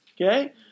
Okay